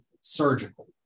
surgical